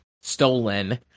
stolen